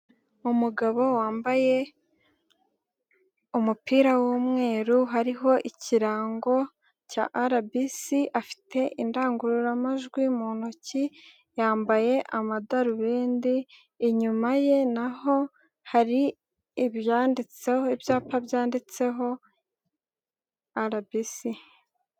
Umugabo wambaye, umupira w'umweru hariho ikirango cya RBC, afite indangururamajwi mu ntoki, yambaye amadarubindi, inyuma ye naho hari ibyanditseho, ibyapa byanditseho RBC.